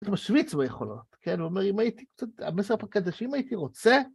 הוא משוויץ ביכולות, כן? הוא אומר, אם הייתי קצת, המסר הקדשי, אם הייתי רוצה...